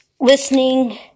listening